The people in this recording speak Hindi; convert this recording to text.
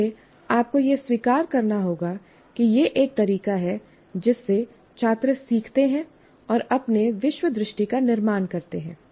फिर से आपको यह स्वीकार करना होगा कि यह एक तरीका है जिससे छात्र सीखते हैं और अपने विश्वदृष्टि का निर्माण करते हैं